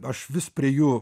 aš vis prie jų